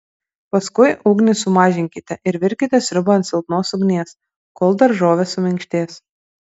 paskui ugnį sumažinkite ir virkite sriubą ant silpnos ugnies kol daržovės suminkštės